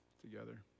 together